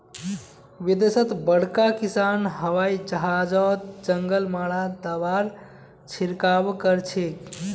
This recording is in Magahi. विदेशत बड़का किसान हवाई जहाजओत जंगल मारा दाबार छिड़काव करछेक